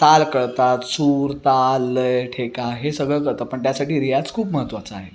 ताल कळतात सूर ताल लय ठेका हे सगळं कळतं पण त्यासाठी रियाज खूप महत्वाचा आहे